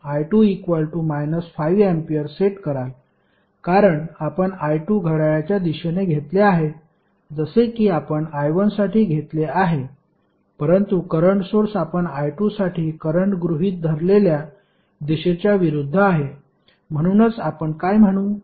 आपण current I2 5 ampere set कराल कारण आपण I2 घड्याळाच्या दिशेने घेतले आहे जसे की आपण I1 साठी घेतले आहे परंतु करंट सोर्स आपण I2 साठी करंट गृहीत धरलेल्या दिशेच्या विरूद्ध आहे म्हणूनच आपण काय म्हणू